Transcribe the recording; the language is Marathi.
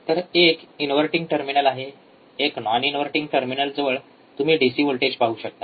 तर एक इनव्हर्टिंग टर्मिनलवर आहे आणि एक नाॅन इनव्हर्टिंग टर्मिनलजवळ तुम्ही डीसी व्होल्टेज पाहू शकता